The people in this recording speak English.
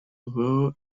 were